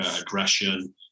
aggression